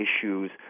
issues